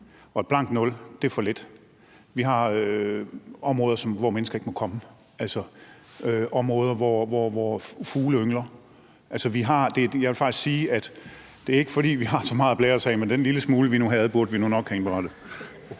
og et blankt nul er for lidt. Vi har områder, hvor mennesker ikke må komme, områder, hvor fugle yngler. Jeg vil faktisk sige, at det ikke er, fordi vi har så meget at blære os med, men den lille smule, vi nu har, burde vi nok have indberettet.